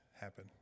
happen